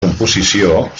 composició